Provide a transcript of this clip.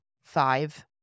five